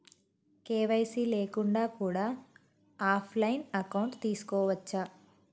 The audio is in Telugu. కే.వై.సీ లేకుండా కూడా ఆఫ్ లైన్ అకౌంట్ తీసుకోవచ్చా?